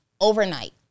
overnight